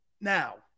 Now